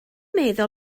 meddwl